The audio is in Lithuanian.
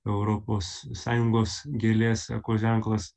europos sąjungos gėlės eko ženklas